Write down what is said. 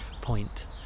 point